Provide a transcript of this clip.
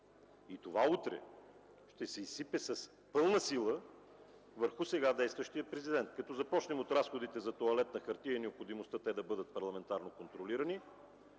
И това утре ще се изсипе с пълна сила върху сега действащия президент, като започнем от разходите за тоалетна хартия и необходимостта те да бъдат парламентарно контролирани,